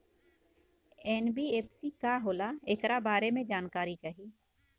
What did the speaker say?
NBFC का होला ऐकरा बारे मे जानकारी चाही?